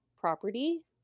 property